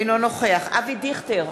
אינו נוכח אבי דיכטר,